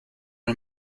and